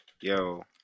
yo